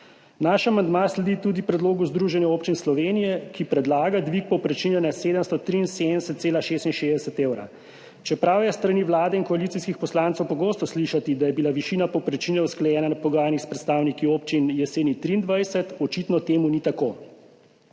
Naš amandma sledi tudi predlogu Združenja občin Slovenije, ki predlaga dvig povprečnine na 773,66 evra. Čeprav je s strani Vlade in koalicijskih poslancev pogosto slišati, da je bila višina povprečnine usklajena na pogajanjih s predstavniki občin jeseni 2023, očitno temu ni tako.